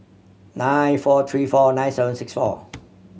nine four three four nine seven six four